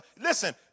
Listen